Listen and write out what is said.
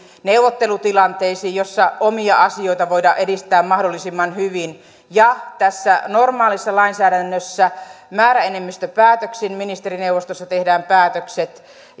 neuvottelutilanteisiin joissa omia asioita voidaan edistää mahdollisimman hyvin tässä normaalissa lainsäädännössä määräenemmistöpäätöksin ministerineuvostossa tehdään päätökset